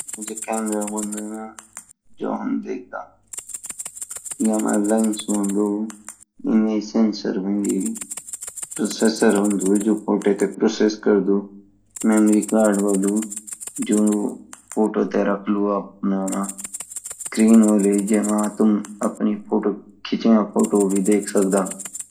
जो कैमरा होन्दु ना जो हम्म देख्दा जो हमरु लेंस होंदुइनमै सेंसर होँदि जो फोटो ते प्रोसेस करदु मेमोरी कार्ड होलु जो फोटो ते रखलु अपना मा स्क्रीन होलिहोली जमा तुम अपनीखिचइया फोटो भी देख सकदा